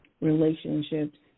relationships